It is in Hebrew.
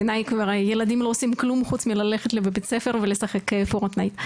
בעייני כבר ילדים לא עושים כלום חוץ מללכת לבית הספר ולשחק פורטנייט.